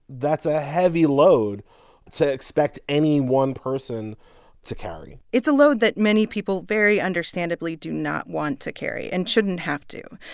that's a heavy load to expect any one person to carry it's a load that many people very understandably do not want to carry and shouldn't have to.